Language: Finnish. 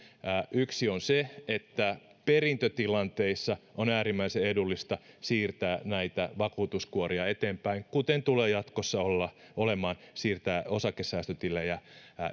yksi on se että perintötilanteissa on äärimmäisen edullista siirtää eteenpäin näitä vakuutuskuoria ja kuten tulee jatkossa olemaan osakesäästötilejä